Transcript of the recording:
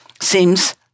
seems